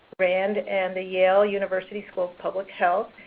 rand and the yale university school of public health.